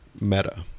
meta